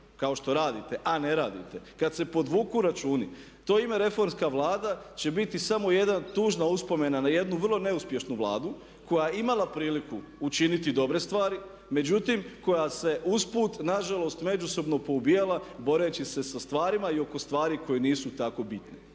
kao što radite, a ne radite kad se povuku računi, to ime reformska Vlada će biti samo jedna tužna uspomena, na jednu neuspješnu Vladu koja je imala priliku učiniti dobre stvari. Međutim, koja se usput nažalost međusobno poubijala boreći se sa stvarima i oko stvari koje nisu tako bitne.